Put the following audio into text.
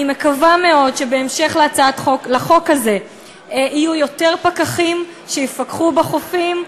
אני מקווה מאוד שבהמשך לחוק הזה יהיו יותר פקחים שיפקחו בחופים,